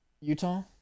Utah